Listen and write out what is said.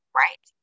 right